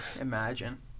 Imagine